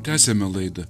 tęsiame laidą